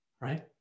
right